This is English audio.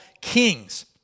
kings